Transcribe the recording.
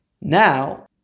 Now